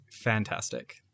fantastic